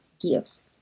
gifts